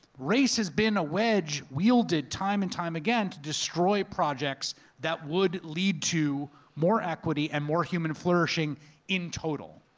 race has been a wedge wielded time and time again, to destroy projects that would lead to more equity and more human flourishing in total.